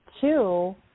two